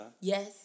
Yes